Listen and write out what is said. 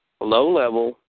low-level